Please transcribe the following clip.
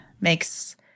makes